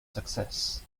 success